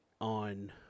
On